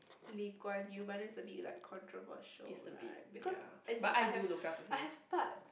Lee Kuan Yew but then is a bit like controversial right because as in I have I have parts